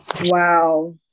Wow